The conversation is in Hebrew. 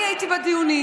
אני הייתי בדיונים.